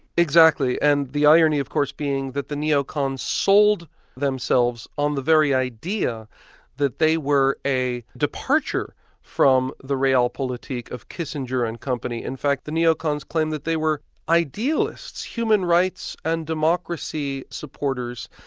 exactly, and the irony of course being that the neocons sold themselves on the very idea that they were a departure from the real polity of kissinger and company, in fact the neocons claim that they were idealists, human rights and democracy supporters,